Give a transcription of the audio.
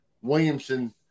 Williamson